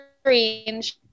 strange